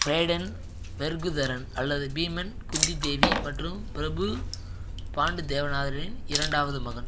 ரேடன் வெர்குதரன் அல்லது பீமன் குந்தி தேவி மற்றும் பிரபு பாண்டுதேவநாதரின் இரண்டாவது மகன்